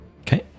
Okay